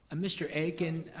ah mr. akin